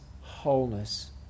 wholeness